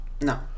No